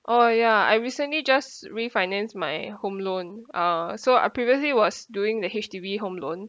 oh ya I recently just refinanced my home loan uh so I previously was doing the H_D_B home loan